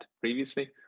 previously